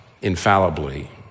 infallibly